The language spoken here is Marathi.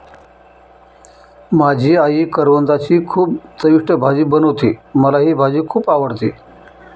माझी आई करवंदाची खूप चविष्ट भाजी बनवते, मला ही भाजी खुप आवडते